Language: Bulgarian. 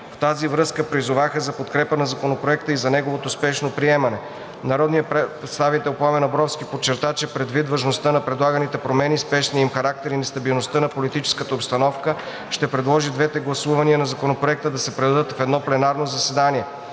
В тази връзка призоваха за подкрепа на Законопроекта и неговото спешно приемане. Народният представител Пламен Абровски подчерта, че предвид важността на предлаганите промени, спешния им характер и нестабилността на политическата обстановка, ще предложи двете гласувания на Законопроекта да се проведат в едно пленарно заседание.